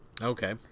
Okay